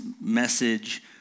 message